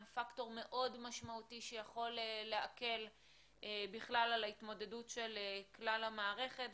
הם פקטור מאוד משמעותי שיכול להקל בכלל על ההתמודדות של כלל המערכת,